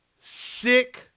sick